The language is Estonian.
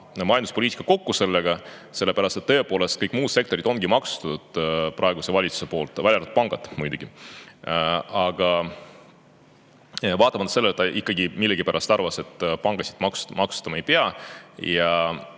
majanduspoliitika, sellepärast et tõepoolest, kõik muud sektorid ongi maksustatud praeguse valitsuse poolt, välja arvatud pangad muidugi. Aga vaatamata sellele, ta ikkagi millegipärast arvas, et pankasid maksustama ei pea.